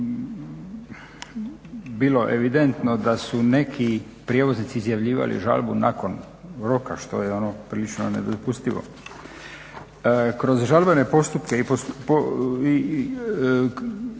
bilo evidentno da su neki prijevoznici izjavljivali žalbu nakon roka što je prilično nedopustivo. Kroz žalbene postupke, čak